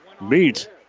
meet